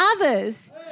others